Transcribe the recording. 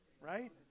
Right